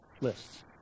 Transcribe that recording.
lists